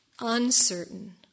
uncertain